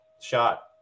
shot